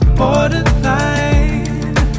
borderline